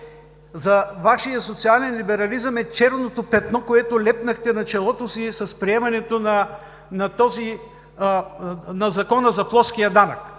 за Вашия социален либерализъм е черното петно, което лепнахте на челото си, с приемането на Закона за плоския данък.